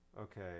okay